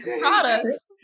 products